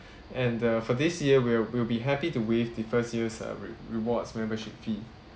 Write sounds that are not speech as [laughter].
[breath] and uh for this year we are we will be happy to waive the first year's uh rewards membership fee